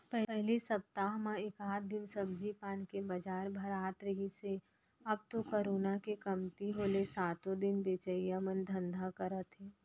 पहिली सप्ता म एकात दिन सब्जी पान के बजार भरात रिहिस हे अब तो करोना के कमती होय ले सातो दिन बेचइया मन धंधा करत हे